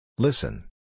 Listen